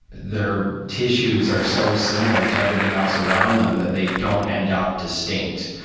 their tissues are so similar to everything else around them that they don't end up distinct,